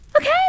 Okay